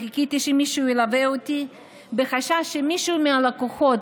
וחיכיתי שמישהו ילווה אותי בחשש שמישהו מהלקוחות,